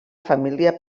família